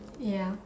ya